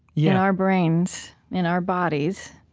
yeah in our brains, in our bodies